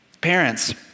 Parents